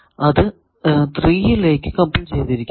അത് 3 ലേക്ക് കപ്പിൾ ചെയ്തിരിക്കുന്നു